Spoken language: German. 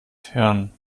hirn